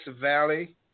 Valley